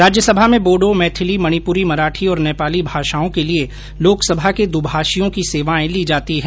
राज्यसभा में बोडो मैथिली मणिपुरी मराठी और नेपाली भाषाओं के लिए लोकसभा के दुभाषियों की सेवाएं ली जाती है